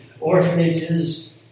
orphanages